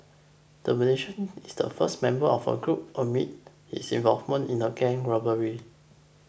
the Malaysian is the first member of a group admit his involvement in a gang robbery